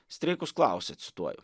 streikus klausia cituoj